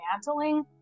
dismantling